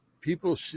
people